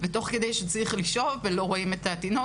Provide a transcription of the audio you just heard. צריך לקחת בחשבון שהיא חוזרת מהעבודה כדי לישון.